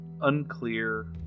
unclear